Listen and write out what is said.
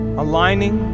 aligning